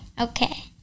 Okay